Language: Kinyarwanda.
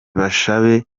bashabe